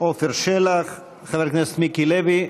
עפר שלח, חבר הכנסת מיקי לוי,